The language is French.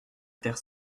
terre